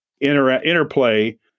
interplay